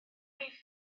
rif